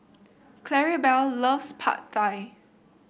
Claribel loves Pad Thai